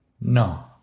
No